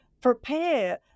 prepare